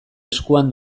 eskuan